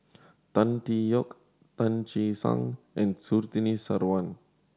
Tan Tee Yoke Tan Che Sang and Surtini Sarwan